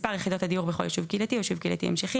מספר יחידות הדיור בכל יישוב קהילתי או יישוב קהילתי המשכי,